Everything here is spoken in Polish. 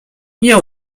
nie